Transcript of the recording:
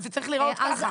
זה צריך להיראות ככה.